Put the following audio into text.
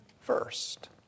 first